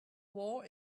war